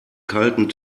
kalten